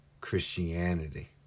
Christianity